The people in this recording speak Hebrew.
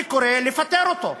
אני קורא לפטר אותו.